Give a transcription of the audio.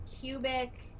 cubic